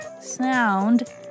sound